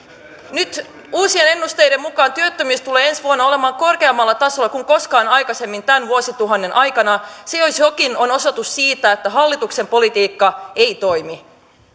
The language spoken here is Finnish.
nyt uusien ennusteiden mukaan työttömyys tulee ensi vuonna olemaan korkeammalla tasolla kuin koskaan aikaisemmin tämän vuosituhannen aikana se jos jokin on osoitus siitä että hallituksen politiikka ei toimi